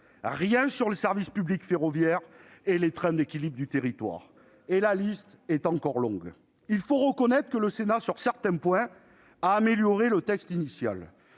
plus sur le service public ferroviaire et les trains d'équilibre du territoire (TET). Et la liste est encore longue ... Il faut reconnaître que le Sénat, sur certains points, a amélioré le texte initial